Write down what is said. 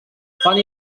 fan